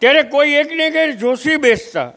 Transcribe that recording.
ત્યારે કોઈ એકને ઘેર જોશી બેસતા